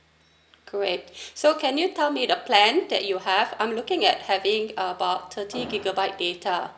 don't need so can you tell me the plan that you have I'm looking at having about thirty gigabyte data